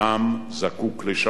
עם זקוק לשלום,